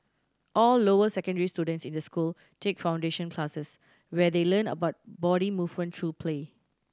all lower secondary students in the school take foundation classes where they learn about body movement through play